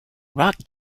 rock